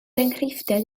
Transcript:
enghreifftiau